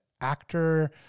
actor